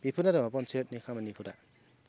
बेफोरनो आरो पन्सायतनि खामानिफोरा